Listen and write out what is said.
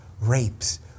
rapes